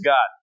God